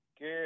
Good